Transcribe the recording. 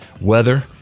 weather